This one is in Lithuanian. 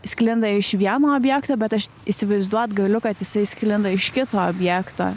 sklinda iš vieno objekto bet aš įsivaizduot galiu kad jisai sklinda iš kito objekto